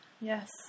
yes